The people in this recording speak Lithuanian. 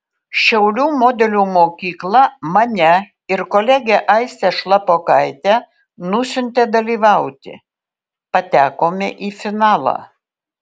šiaulių modelių mokykla mane ir kolegę aistę šlapokaitę nusiuntė dalyvauti patekome į finalą